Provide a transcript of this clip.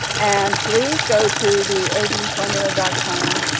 and please go to the agentformula dot com